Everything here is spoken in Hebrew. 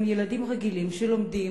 הם ילדים רגילים שלומדים,